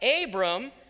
Abram